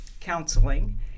counseling